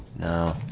now!